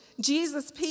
Jesus